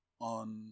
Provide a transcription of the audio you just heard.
on